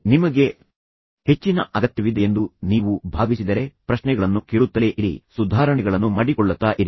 ನಿಮಗೆ ಹೆಚ್ಚಿನ ಅಗತ್ಯವಿದೆಯೆಂದು ನೀವು ಭಾವಿಸಿದರೆ ಪ್ರಶ್ನೆಗಳನ್ನು ಕೇಳುತ್ತಲೇ ಇರಿ ಸುಧಾರಣೆಗಳನ್ನು ಮಾಡಿಕೊಳ್ಳತ್ತಾ ಇರಿ